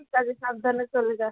ঠিক আছে সাবধানে চলে যাস